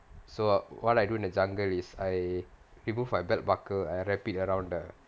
so what I do in a jungle is I removed my belt buckle and wrap it around the